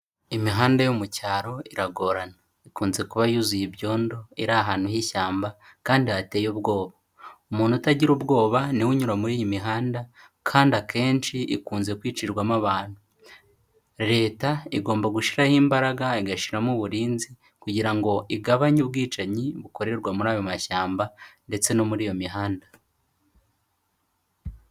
Imihanda yo mu cyaro iragorana, ikunze kuba yuzuye ibyondo, iri ahantu h'ishyamba kandi hateye ubwoba, umuntu utagira ubwoba niwe unyura muri iyi mihanda, kandi akenshi ikunze kwicirwamo abantu, leta igomba gushyiraho imbaraga, igashiraho uburinzi, kugira ngo igabanye ubwicanyi bukorerwa muri ayo mashyamba, ndetse no muri iyo mihanda.